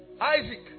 Isaac